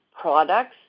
products